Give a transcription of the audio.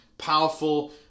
powerful